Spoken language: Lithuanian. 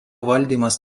valdymas